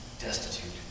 Destitute